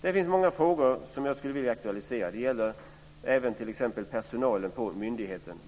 Det finns många frågor som jag skulle vilja aktualisera. Det gäller t.ex. också personalen på myndigheterna.